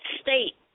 state